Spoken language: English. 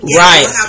right